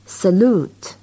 salute